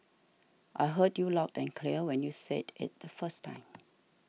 I heard you loud and clear when you said it the first time